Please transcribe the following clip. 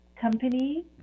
company